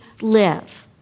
live